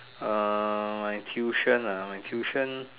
err my tuition ah my tuition